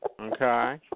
Okay